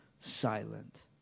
silent